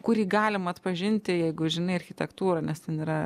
kurį galima atpažinti jeigu žinai architektūrą nes ten yra